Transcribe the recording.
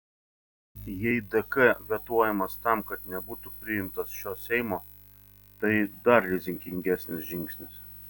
jei dk vetuojamas tam kad nebūtų priimtas šio seimo tai dar rizikingesnis žingsnis